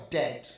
dead